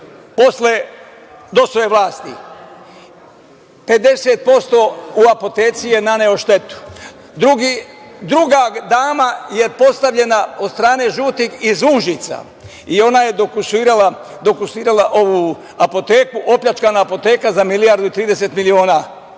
posle DOS-ove vlasti, 50% u apoteci je naneo štetu. Druga dama je postavljena od strane žutih iz Užica. Ona je dokusurila ovu apoteku, opljačkana apoteka za milijardu i 30 miliona.